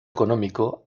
económico